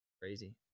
Crazy